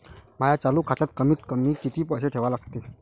माया चालू खात्यात कमीत कमी किती पैसे ठेवा लागते?